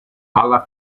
alla